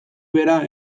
bera